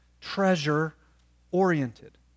treasure-oriented